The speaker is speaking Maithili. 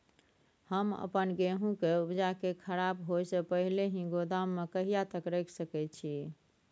हम अपन गेहूं के उपजा के खराब होय से पहिले ही गोदाम में कहिया तक रख सके छी?